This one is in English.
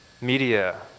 media